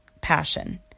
passion